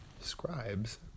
Scribes